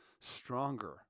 stronger